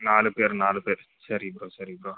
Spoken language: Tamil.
நாலு பேர் நாலு பேர் சரிங்கோ சரிங்கோ